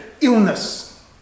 illness